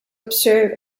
observe